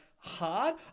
hard